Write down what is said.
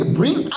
bring